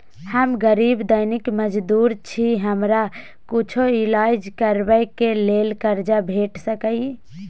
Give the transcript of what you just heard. हम गरीब दैनिक मजदूर छी, हमरा कुछो ईलाज करबै के लेल कर्जा भेट सकै इ?